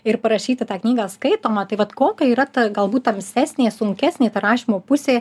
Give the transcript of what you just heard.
ir parašyti tą knygą skaitomą tai vat kokia yra ta galbūt tamsesnė sunkesnė ta rašymo pusė